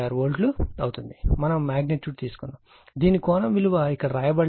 41256 volt మనము magnitude తీసుకున్నాము దీని కోణం విలువ ఇక్కడ వ్రాయబడలేదు